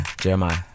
Jeremiah